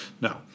no